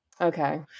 Okay